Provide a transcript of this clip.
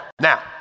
Now